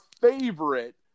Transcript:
favorite